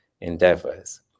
endeavors